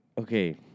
Okay